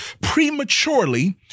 prematurely